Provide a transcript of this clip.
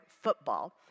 football